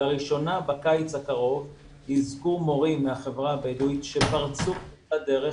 לראשונה בקיץ הקרוב יזכו מורים מהחברה הבדואית שפרצו דרך,